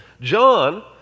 John